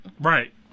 Right